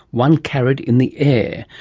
one carried in the air?